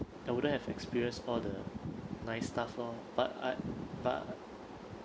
I wouldn't have experienced all the nice stuff lor but I but